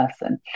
person